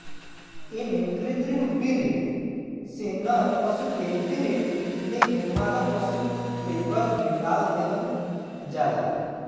एमे कृत्रिम वीर्य से नर पशु के वीर्य लेके मादा पशु के गर्भ में डाल देहल जाला